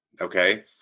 okay